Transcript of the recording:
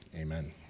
amen